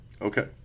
Okay